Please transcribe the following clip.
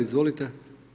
Izvolite.